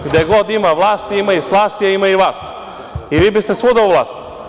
Gde god ima vlasti, ima i slasti, a ima i vas i vi biste svuda u vlast.